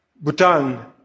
Bhutan